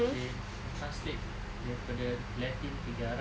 they translate daripada latin pergi arab